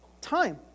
time